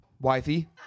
wifey